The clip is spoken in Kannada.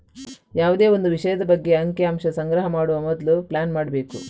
ಯಾವುದೇ ಒಂದು ವಿಷಯದ ಬಗ್ಗೆ ಅಂಕಿ ಅಂಶ ಸಂಗ್ರಹ ಮಾಡುವ ಮೊದ್ಲು ಪ್ಲಾನ್ ಮಾಡ್ಬೇಕು